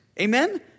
Amen